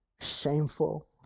shameful